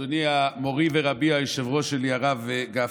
מורי ורבי, היושב-ראש שלי, הרב גפני,